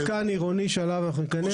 מתקן עירוני שאליו אנחנו ניכנס.